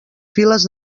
files